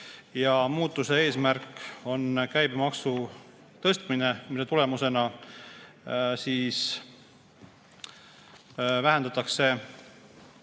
Muudatuse eesmärk on käibemaksu tõstmine, mille tulemusena suurendatakse